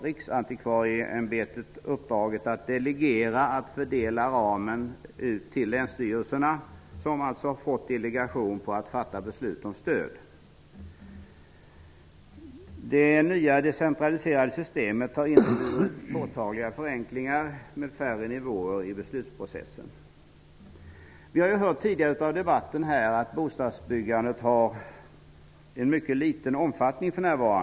Riksantikvarieämbetet har dock uppdraget att delegera fördelningen av ramen till länsstyrelserna, som kan fatta beslut om stöd. Det nya decentraliserade systemet har medfört påtagliga förenklingar med färre nivåer i beslutsprocessen. Tidigare i debatten har vi hört att bostadsbyggandet för närvarande har mycket liten omfattning.